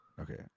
okay